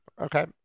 Okay